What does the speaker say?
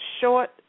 short